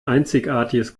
einzigartiges